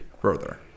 further